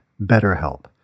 BetterHelp